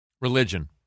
Religion